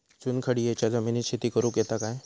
चुनखडीयेच्या जमिनीत शेती करुक येता काय?